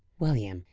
william,